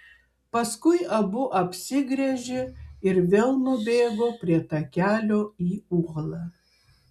paskui abu apsigręžė ir vėl nubėgo prie takelio į uolą